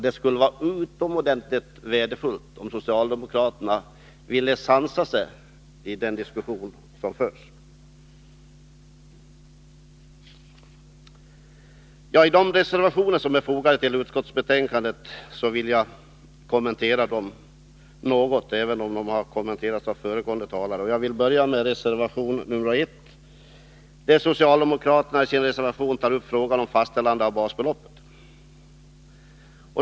Det skulle vara utomordentligt värdefullt om socialdemokraterna ville sansa sig i den diskussion som förs. Jag vill något kommentera de reservationer som är fogade till utskottets betänkande, även om de redan har kommenterats av föregående talare. Jag vill börja med reservationen nr 1, där socialdemokraterna tar upp frågan om fastställande av basbeloppet.